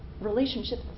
relationship